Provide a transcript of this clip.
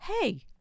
hey